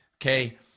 Okay